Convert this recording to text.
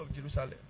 Jerusalem